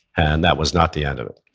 and that was not the end of it.